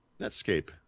Netscape